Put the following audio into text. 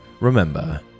Remember